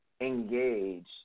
engage